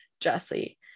jesse